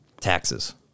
Taxes